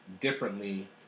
differently